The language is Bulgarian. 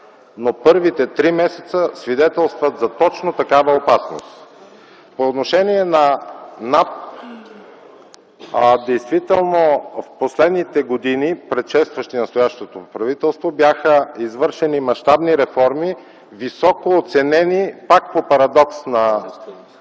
но първите три месеца свидетелстват за точно такава опасност. По отношение на НАП – действително в последните години предшестващи настоящото правителство, бяха извършени мащабни реформи, високо оценени, пак по парадокс на